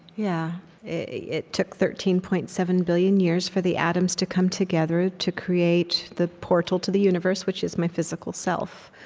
yeah it took thirteen point seven billion years for the atoms to come together to create the portal to the universe which is my physical self.